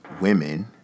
women